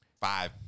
five